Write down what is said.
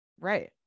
Right